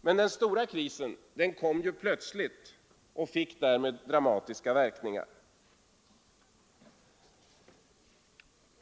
Men den stora krisen kom plötsligt och fick därmed dramatiska verkningar.